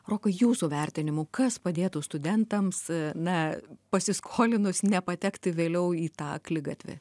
rokai jūsų vertinimu kas padėtų studentams na pasiskolinus nepatekti vėliau į tą akligatvį